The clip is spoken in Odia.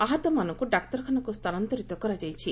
ଆହତମାନଙ୍କୁ ଡାକ୍ତରଖାନାକୁ ସ୍ଥାନାନ୍ତରିତ କରାଯାଇଛି